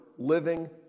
living